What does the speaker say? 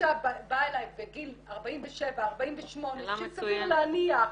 אישה באה אליי בגיל 48-47 שסביר להניח